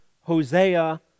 Hosea